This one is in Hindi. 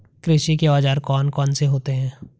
कृषि के औजार कौन कौन से होते हैं?